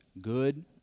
good